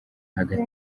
hagati